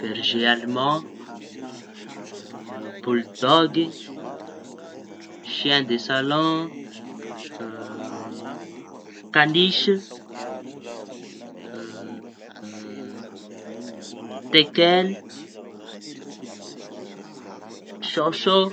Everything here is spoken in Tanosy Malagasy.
Berze alman, boldogy, siain de salaon tanisy, tekel, saosao.